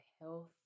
health